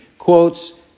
Quotes